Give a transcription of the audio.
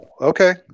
Okay